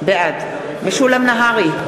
בעד משולם נהרי,